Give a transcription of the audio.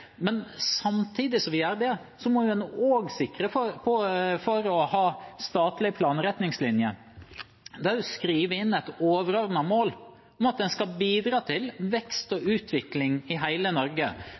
Men samtidig som en gjør det, må en også sikre at en har statlige planretningslinjer der en skriver inn et overordnet mål om at en skal bidra til vekst og